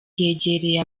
yegereye